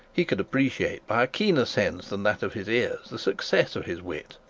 he could appreciate by a keener sense than that of his ears the success of his wit,